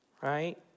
Right